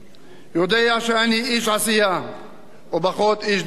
יודע שאני איש עשייה ופחות איש דיבורים.